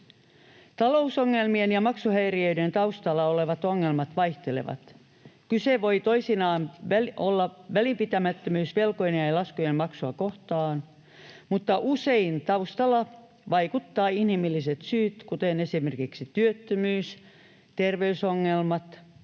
Talousongelmien ja maksuhäiriöiden taustalla olevat ongelmat vaihtelevat. Kyse voi toisinaan olla välinpitämättömyys velkojen ja laskujen maksua kohtaan, mutta usein taustalla vaikuttavat inhimilliset syyt, kuten esimerkiksi työttömyys, terveysongelmat